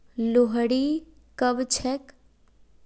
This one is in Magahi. लोहड़ी कब छेक